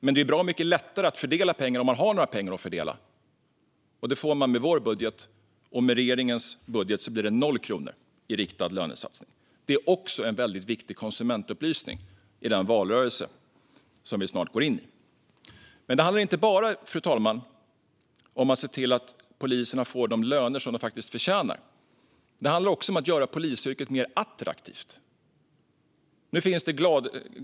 Men det är bra mycket lättare att fördela pengar om man har några pengar att fördela, och det får man med vår budget. Med regeringens budget blir det noll kronor i riktad lönesatsning; det är en väldigt viktig konsumentupplysning i den valrörelse som vi snart går in i. Men, fru talman, det handlar inte bara om att se till att poliserna får de löner som de faktiskt förtjänar. Det handlar också om att göra polisyrket mer attraktivt.